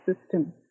system